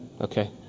Okay